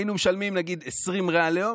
היינו משלמים נגיד 20 ריאל ליום,